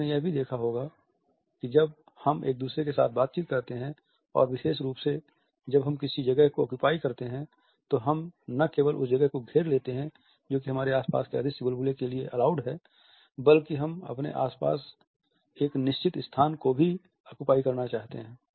तो आपने यह भी देखा होगा कि जब हम एक दूसरे के साथ बातचीत करते हैं और विशेष रूप से जब हम किसी जगह को अक्यूपाई करते हैं तो हम न केवल उस जगह को घेर लेते हैं जो कि हमारे आसपास के अदृश्य बुलबुले के लिए अलाउड है वल्कि हम अपने आस पास एक निश्चित स्थान को भी अक्यूपाई करना चाहते हैं